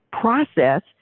process